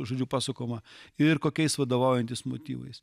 žodžiu pasukama ir kokiais vadovaujantis motyvais